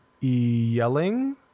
yelling